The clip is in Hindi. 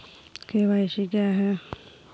के.वाई.सी क्या है?